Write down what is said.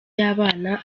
y’abana